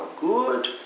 good